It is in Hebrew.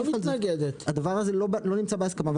הדבר הזה לא נמצא בהסכמה,